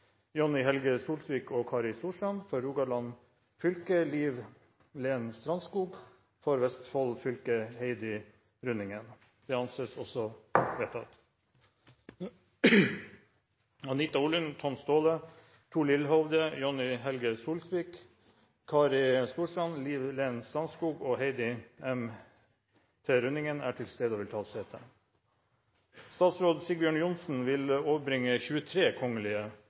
Helge Solsvik og Kari Storstrand For Rogaland fylke: Siv-Len Strandskog For Vestfold fylke: Heidi M.T. Runningen Anita Orlund, Tom Staahle, Thor Lillehovde, Jonni Helge Solsvik, Kari Storstrand, Siv-Len Strandskog og Heidi M. T. Runningen er til stede og vil ta sete. Representanten Robert Eriksson vil